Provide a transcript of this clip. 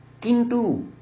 kintu